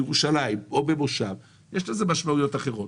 בירושלים או במושב יש לזה משמעויות אחרות,